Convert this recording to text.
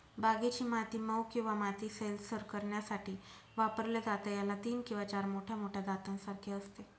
बागेची माती मऊ किंवा माती सैलसर करण्यासाठी वापरलं जातं, याला तीन किंवा चार मोठ्या मोठ्या दातांसारखे असते